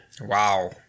wow